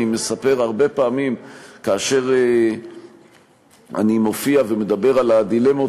שאני מספר הרבה פעמים כאשר אני מופיע ומדבר על הדילמות